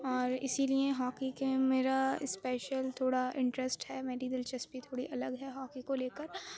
اور اسی لیے ہاکی کے میرا اسپیشل تھوڑا انٹریسٹ ہے میری دلچسپی تھوڑی الگ ہے ہاکی کو لے کر